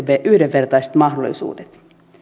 yhdenvertaiset mahdollisuudet